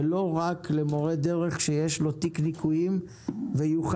ולא רק למורה דרך שיש לו תיק ניכויים ויוכל